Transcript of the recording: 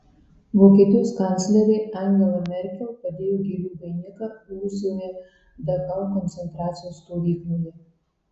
vokietijos kanclerė angela merkel padėjo gėlių vainiką buvusioje dachau koncentracijos stovykloje